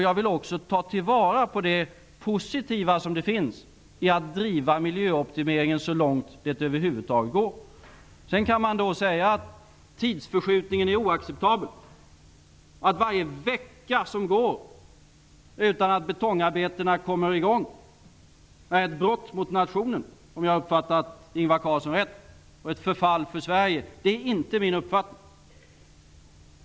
Jag vill ta vara på det positiva i att driva miljöoptimeringen så långt det över huvud taget går. Sedan kan man säga att tidsförskjutningen är oacceptabel och att varje vecka som går utan att betongarbetarna kommer i gång är ett brott mot nationen -- om jag har uppfattat Ingvar Carlsson rätt -- och ett förfall för Sverige. Detta är inte min uppfattning.